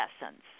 essence